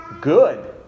good